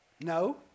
No